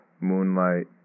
Moonlight